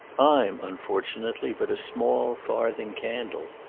i'm unfortunately but a small farthing candle.